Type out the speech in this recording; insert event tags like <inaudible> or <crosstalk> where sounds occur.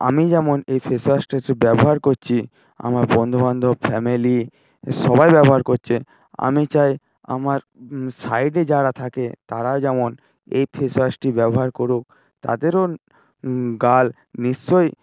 আমি যেমন এই ফেসওয়াশটা <unintelligible> ব্যবহার করছি আমার বন্ধুবান্ধব ফ্যামিলি সবাই ব্যবহার করছে আমি চাই আমার সাইডে যারা থাকে তারাও যেমন এই ফেসওয়াশটি ব্যবহার করুক তাদেরও গাল নিশ্চয়ই